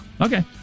Okay